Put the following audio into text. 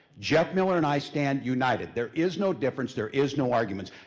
jeff miller and i stand united. there is no difference, there is no arguments.